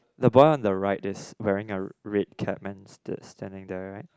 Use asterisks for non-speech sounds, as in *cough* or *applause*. the boy on the right is wearing a red cap and *noise* standing there right